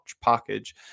package